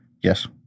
Yes